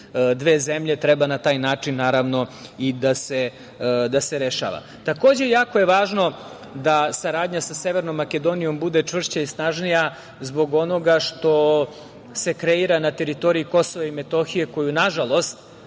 dve zemlje treba na taj način, naravno, i da se rešava. Takođe, jako je važno da saradnja sa Severnom Makedonijom bude čvršća i snažnija zbog onoga što se kreira na teritoriji Kosova i Metohije, koju nažalost